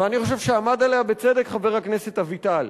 ואני חושב שעמד עליה בצדק חבר הכנסת אביטל.